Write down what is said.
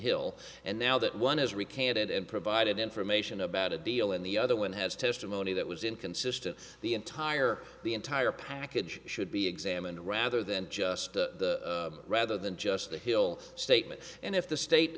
hill and now that one has recanted and provided information about a deal and the other one has testimony that was inconsistent the entire the entire package should be examined rather than just the rather than just the hill statement and if the state